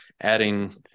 adding